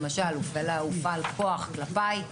למשל הופעל כוח כלפיי.